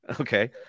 Okay